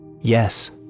Yes